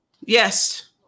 Yes